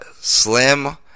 slim